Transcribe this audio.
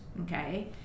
Okay